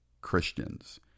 Christians